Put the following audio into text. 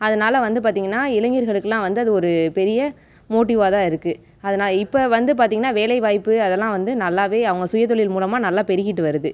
அதனால் வந்து பார்த்திங்கன்னா இளைஞர்களுக்குலாம் வந்து அது ஒரு பெரிய மோட்டிவாக தான் இருக்குது அதனால் இப்போ வந்து பார்த்தின்கன்னா வேலை வாய்ப்பு அது எல்லாம் வந்து நல்லாவே அவங்க சுயதொழில் மூலமாக நல்லா பெருகிட்டு வருது